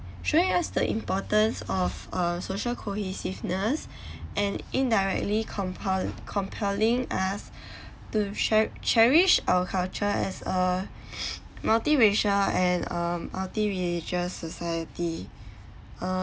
showing us the importance of uh social cohesiveness and indirectly compel~ compelling us to che~ cherish our culture as a multiracial and uh multi religious society